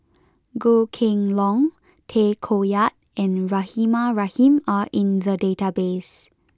Goh Kheng Long Tay Koh Yat and Rahimah Rahim are in the database